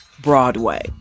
Broadway